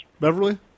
Beverly